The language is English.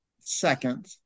second